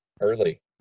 early